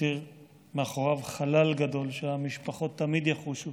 הותיר מאחוריו חלל גדול שהמשפחות תמיד יחושו,